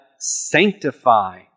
sanctify